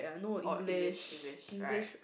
or English English right